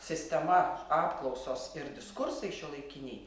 sistema apklausos ir diskursai šiuolaikiniai